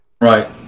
Right